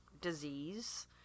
disease